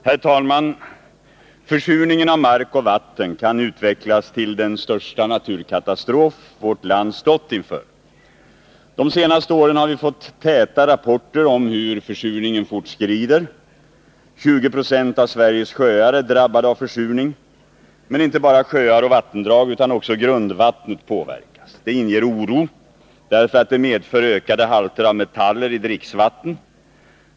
Herr talman! Försurningen av mark och vatten kan utvecklas till den största naturkatastrof vårt land stått inför. De senaste åren har vi fått täta rapporter om hur försurningen fortskrider. 20 26 av Sveriges sjöar är drabbade av försurning. Men inte bara sjöar och vattendrag utan också grundvattnet påverkas. Det inger oro därför att det medför ökade halter av metaller i dricksvatten.